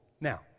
Now